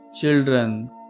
children